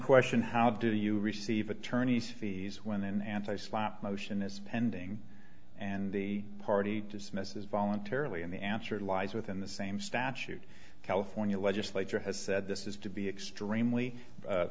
question how do you receive attorney's fees when an anti slapp motion is pending and the party dismisses voluntarily and the answer lies within the same statute california legislature has said this is to be extremely